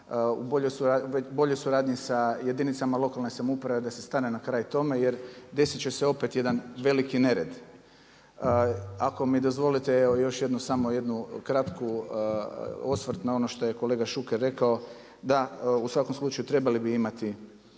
u boljoj suradnji sa jedinicama lokalne samouprave, da se stane na kraj tome jer desit će se opet jedan veliki nered. Ako mi dozvolite evo još samo jedan kratki osvrt na ono što je kolega Šuker rekao da u svakom slučaju trebali bi imati